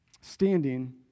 standing